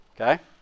okay